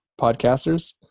Podcasters